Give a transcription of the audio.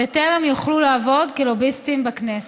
בטרם יוכלו לעבוד כלוביסטים בכנסת.